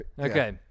Okay